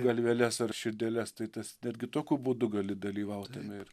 galveles ar širdeles tai tas dar gi tokiu būdu gali dalyvaut tame ir